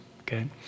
okay